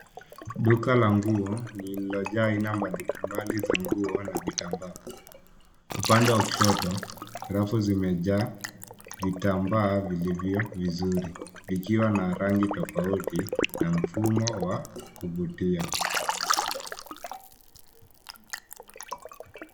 Duka la nguo lililojaa aina mbalimbali za nguo na vitambaa. Upande wa kushoto rafu zimejaa vitambaa vilivyo vizuri vikiwa na rangi tofauti na mfumo wa kuvutia.